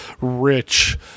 rich